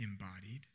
embodied